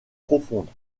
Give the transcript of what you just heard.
profonde